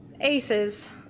Ace's